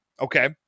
Okay